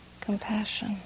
compassion